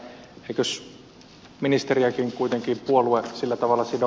eikös ministeriäkin kuitenkin puolue sillä tavalla sido